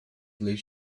least